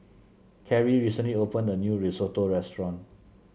Carey recently opened a new Risotto restaurant